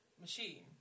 machine